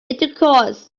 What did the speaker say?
intercourse